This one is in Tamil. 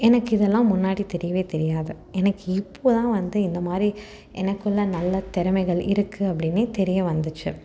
எனக்கு இதெல்லாம் முன்னாடி தெரியவே தெரியாது எனக்கு இப்போ தான் வந்து இந்த மாதிரி எனக்குள்ளே நல்ல திறமைகள் இருக்குது அப்படின்னே தெரிய வந்துச்சு